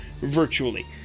virtually